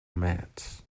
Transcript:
mats